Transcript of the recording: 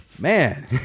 Man